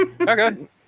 Okay